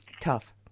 tough